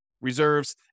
reserves